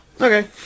Okay